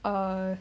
uh